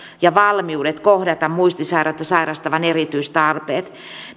ja valmiudet kohdata muistisairautta sairastavan erityistarpeet